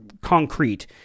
concrete